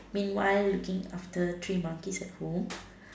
meanwhile looking after three monkeys at home